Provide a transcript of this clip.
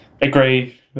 agree